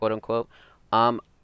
quote-unquote